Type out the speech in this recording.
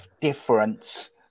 difference